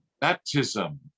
Baptism